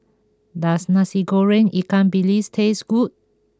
does Nasi Goreng Ikan Bilis taste good